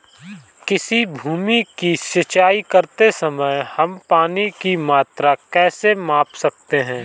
किसी भूमि की सिंचाई करते समय हम पानी की मात्रा कैसे माप सकते हैं?